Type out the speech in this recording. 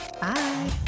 Bye